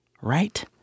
right